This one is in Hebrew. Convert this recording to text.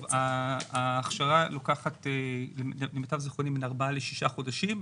ההכשרה לוקחת למיטב זכרוני בין ארבעה לשישה חודשים,